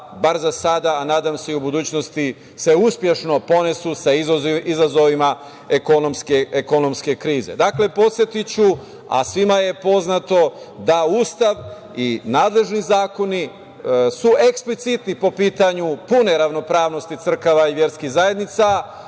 bar za sada, a nadam se i u budućnosti se uspešno ponesu sa izazovima ekonomske krize. Dakle, podsetiću, a svima je poznato da Ustav i nadležni zakoni su eksplicitni po pitanju pune ravnopravnosti crkava i verskih zajednica